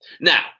Now